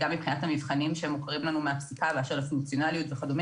גם מבחינת המבחנים שמוכרים לנו מהפסיקה באשר לפונקציונליות וכו'.